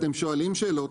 אתם שואלים שאלות,